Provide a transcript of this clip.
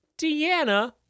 Deanna